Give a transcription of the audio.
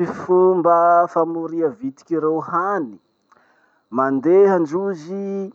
Ty fomba famoria vitiky reo hany: mandeha ndrozy